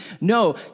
No